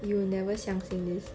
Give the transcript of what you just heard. you will never 相信 this